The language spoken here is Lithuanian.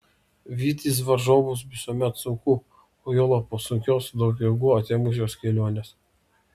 vytis varžovus visuomet sunku o juolab po sunkios daug jėgų atėmusios kelionės